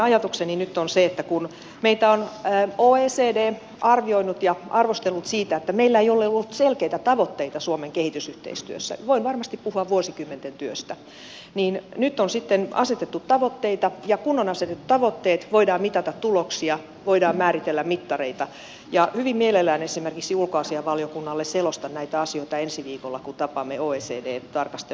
ajatukseni nyt on nimenomaan se että kun meitä on oecd arvioinut ja arvostellut siitä että meillä ei ole ollut selkeitä tavoitteita suomen kehitysyhteistyössä voin varmasti puhua vuosikymmenten työstä niin nyt on sitten asetettu tavoitteita ja kun on asetettu tavoitteet voidaan mitata tuloksia voidaan määritellä mittareita ja hyvin mielellään esimerkiksi ulkoasiainvaliokunnalle selostan näitä asioita ensi viikolla kun tapaamme oecdn tarkastelun merkeissä